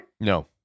No